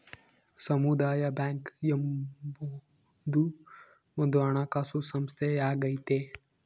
ಸಮುದಾಯ ಬ್ಯಾಂಕ್ ಎಂಬುದು ಒಂದು ಹಣಕಾಸು ಸಂಸ್ಥೆಯಾಗೈತೆ